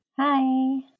hi